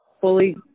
fully